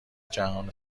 جهان